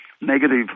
Negative